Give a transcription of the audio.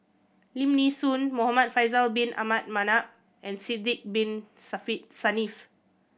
Lim Nee Soon Muhamad Faisal Bin Abdul Manap and Sidek Bin Saniff